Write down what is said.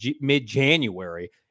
mid-January